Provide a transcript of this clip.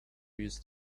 used